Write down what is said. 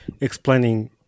explaining